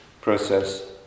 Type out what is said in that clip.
process